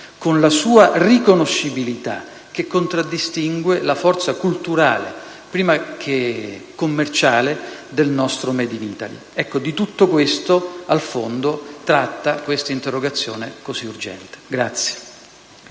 con la sua riconoscibilità che contraddistingue la forza culturale, prima che commerciale, del nostro *made in Italy*. Di tutto questo, al fondo, tratta questa interrogazione così urgente.